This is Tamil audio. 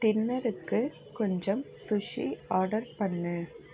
டின்னருக்கு கொஞ்சம் சுஷி ஆர்டர் பண்ணு